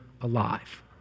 alive